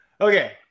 Okay